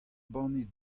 banne